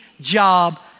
job